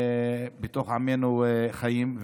בתוך עמנו חיים,